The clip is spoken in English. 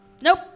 Nope